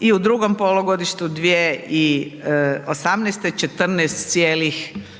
i u drugom polugodištu 2018. 14,57%